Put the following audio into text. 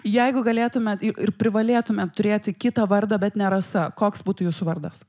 jeigu galėtumet i ir privalėtumėt turėti kitą vardą bet ne rasa koks būtų jūsų vardas